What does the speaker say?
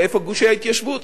ואיפה גושי ההתיישבות.